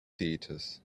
theatres